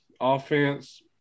offense